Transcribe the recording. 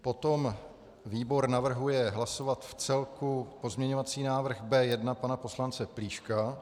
Potom výbor navrhuje hlasovat v celku pozměňovací návrh B1 pana poslance Plíška.